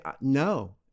no